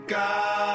God